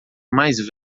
mais